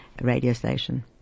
radiostation